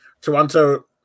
Toronto